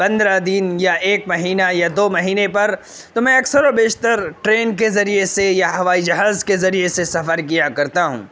پندرہ دن یا ایک مہینہ یا دو مہینے پر تو میں اکثر و بیشتر ٹرین کے ذریعے سے یا ہوائی جہاز کے ذریعے سے سفر کیا کرتا ہوں